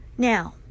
Now